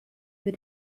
für